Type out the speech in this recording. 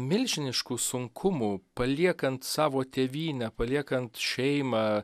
milžiniškų sunkumų paliekant savo tėvynę paliekant šeimą